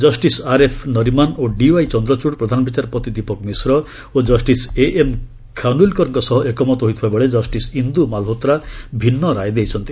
justice R F Nariman ଓ D Y Chandrachud ପ୍ରଧାନବିଚାରପତି ଦୀପକ ମିଶ୍ର ଓ ଜଷ୍ଟିସ୍ ଏଏମ୍ ଖାନ୍ୱିଲ୍କରଙ୍କ ସହ ଏକମତ ହୋଇଥିବା ବେଳେ ଜଷିସ୍ ଇନ୍ଦୁ ମାଲ୍ହୋତ୍ରା ଭିନ୍ନ ରାୟ ଦେଇଛନ୍ତି